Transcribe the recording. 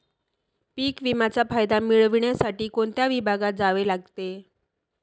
पीक विम्याचा फायदा मिळविण्यासाठी कोणत्या विभागात जावे लागते?